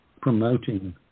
promoting